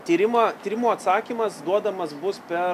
tyrimą tyrimų atsakymas duodamas bus per